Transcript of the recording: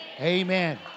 Amen